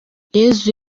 yezu